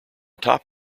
top